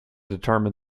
determine